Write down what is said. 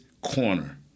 corner